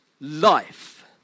life